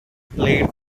played